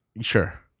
Sure